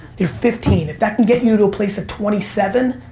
you're fifteen, if that can get you to a place at twenty seven,